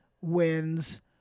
wins